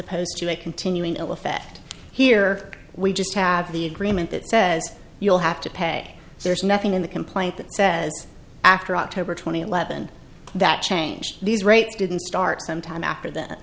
opposed to a continuing ill effect here we just have the agreement that says you'll have to pay there's nothing in the complaint that says after october two thousand and eleven that changed these rates didn't start some time after that